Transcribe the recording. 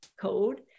code